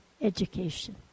education